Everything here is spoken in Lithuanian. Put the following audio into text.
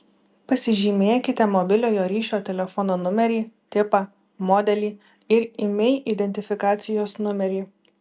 pasižymėkite mobiliojo ryšio telefono numerį tipą modelį ir imei identifikacijos numerį